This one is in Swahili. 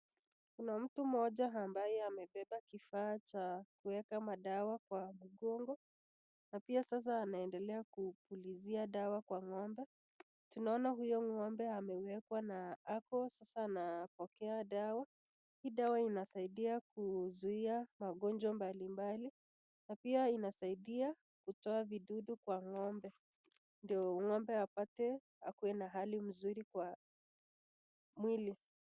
Kuna mtu mmoja ambaye amebeba kifaa cha kuweka madawa kwa mgongo na pia sasa anaendelea kupulizia dawa kwa ng'ombe. Tunaona huyo ng'ombe amewekwa na ako sasa anapokea dawa. Hii dawa inasaidia kuzuia magonjwa mbalimbali na pia inasaidia kutoa vidudu kwa ng'ombe, ndio ng'ombe apate akue na hali mzuri kwa mwili.